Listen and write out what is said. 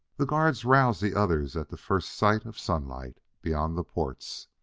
the guard roused the others at the first sight of sunlight beyond the ports.